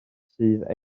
sydd